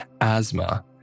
asthma